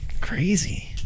crazy